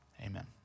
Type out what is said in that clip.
Amen